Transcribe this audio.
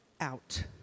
out